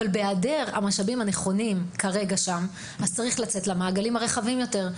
בהיעדרם של המשאבים הנכונים שם כרגע צריך לצאת למעגלים רחבים יותר,